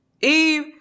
Eve